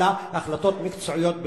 אלא החלטות מקצועיות בלבד.